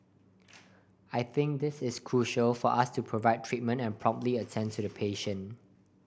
I think this is crucial for us to provide treatment and promptly attend to the patient